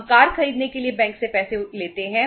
हम कार खरीदने के लिए बैंक से पैसे उधार लेते हैं